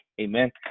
Amen